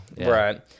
Right